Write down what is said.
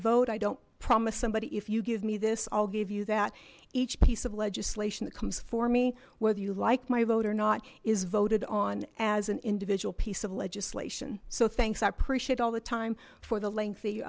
vote i don't promise somebody if you give me this i'll give you that each piece of legislation that comes for me whether you like my vote or not is voted on as an individual piece of legislation so thanks i appreciate all the time for the lengthy